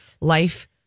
life